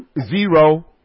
Zero